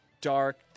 dark